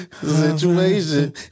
Situation